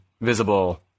visible